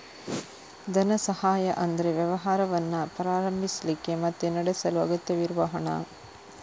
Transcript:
ಧನ ಸಹಾಯ ಅಂದ್ರೆ ವ್ಯವಹಾರವನ್ನ ಪ್ರಾರಂಭಿಸ್ಲಿಕ್ಕೆ ಮತ್ತೆ ನಡೆಸಲು ಅಗತ್ಯವಿರುವ ಹಣ